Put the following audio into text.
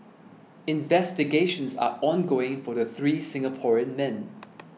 investigations are ongoing for the three Singaporean men